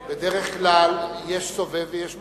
בדרך כלל יש סובב ויש מסובב.